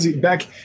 back